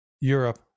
Europe